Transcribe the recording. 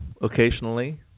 occasionally